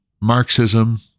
Marxism